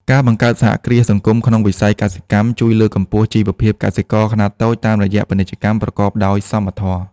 ការបង្កើតសហគ្រាសសង្គមក្នុងវិស័យកសិកម្ម ជួយលើកកម្ពស់ជីវភាពកសិករខ្នាតតូចតាមរយៈពាណិជ្ជកម្មប្រកបដោយសមធម៌។